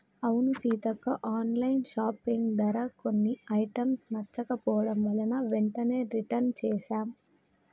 అవును Seethakka online shopping ధర కొన్ని ఐటమ్స్ నచ్చకపోవడం వలన వెంటనే రిటన్ చేసాం